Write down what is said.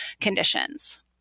conditions